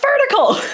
vertical